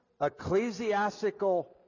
ecclesiastical